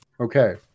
Okay